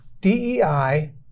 DEI